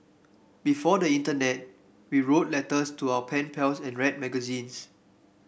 before the internet we wrote letters to our pen pals and read magazines